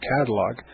catalog